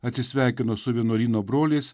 atsisveikino su vienuolyno broliais